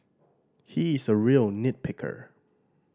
he is a real nit picker